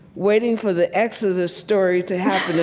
waiting for the exodus story to happen